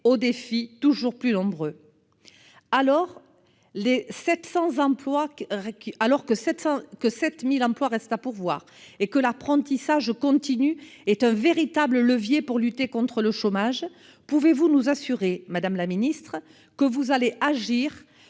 aux défis toujours plus nombreux. Alors que 700 000 emplois sont à pouvoir et que l'apprentissage constitue un véritable levier pour lutter contre le chômage, pouvez-vous nous assurer, madame la ministre, que vous allez agir